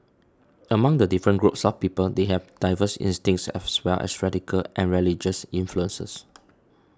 among the different groups of people they have diverse instincts as well as racial and religious influences